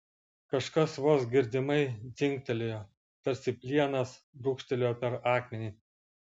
kažkas vos girdimai dzingtelėjo tarsi plienas brūkštelėjo per akmenį